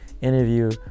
interview